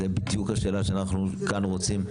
זו בדיוק השאלה שאנחנו כאן רוצים.